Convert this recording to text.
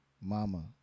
Mama